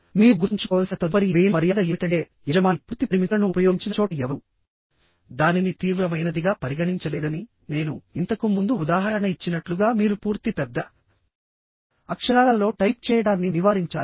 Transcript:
మీరు గుర్తుంచుకోవలసిన తదుపరి ఇమెయిల్ మర్యాద ఏమిటంటే యజమాని పూర్తి పరిమితులను ఉపయోగించిన చోట ఎవరూ దానిని తీవ్రమైనదిగా పరిగణించలేదని నేను ఇంతకు ముందు ఉదాహరణ ఇచ్చినట్లుగా మీరు పూర్తి పెద్ద అక్షరాలలో టైప్ చేయడాన్ని నివారించాలి